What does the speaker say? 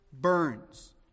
burns